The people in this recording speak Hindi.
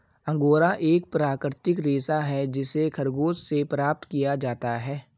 अंगोरा एक प्राकृतिक रेशा है जिसे खरगोश से प्राप्त किया जाता है